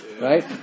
Right